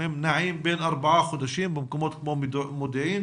גם הם נעים בין ארבעה חודשים במקומות כמו מודיעין